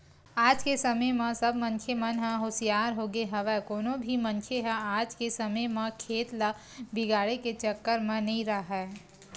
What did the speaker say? आज के समे म सब मनखे मन ह हुसियार होगे हवय कोनो भी मनखे ह आज के समे म खेत ल बिगाड़े के चक्कर म नइ राहय